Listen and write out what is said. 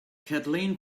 kathleen